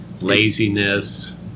laziness